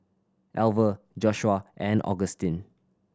Alver Joshua and Augustine